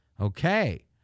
Okay